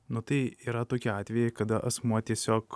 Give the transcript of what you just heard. nu tai yra tokie atvejai kada asmuo tiesiog